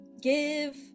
give